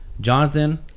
Jonathan